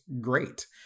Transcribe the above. great